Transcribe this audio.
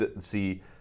see